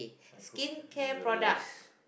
I hope you you lice